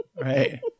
Right